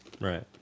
Right